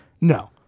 No